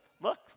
Look